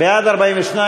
בעד, 42,